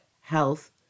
health